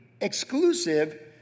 exclusive